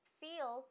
feel